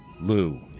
Lou